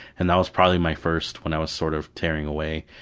and that was probably my first. when i was sort of tearing away.